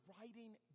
writing